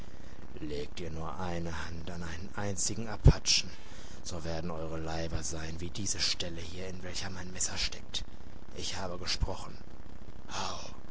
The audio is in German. legt ihr nur eine hand an einen einzigen apachen so werden eure leiber sein wie diese stelle hier in welcher mein messer steckt ich habe gesprochen howgh